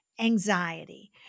anxiety